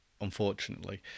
unfortunately